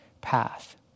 path